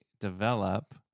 develop